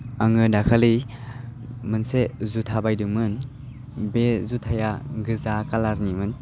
आङो दाखालि मोनसे जुथा बायदोंमोन बे जुथाया गोजा खालारनिमोन